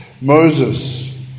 Moses